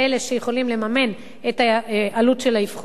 שיכולים לממן את העלות של האבחונים.